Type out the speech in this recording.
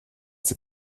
den